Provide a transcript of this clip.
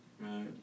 Right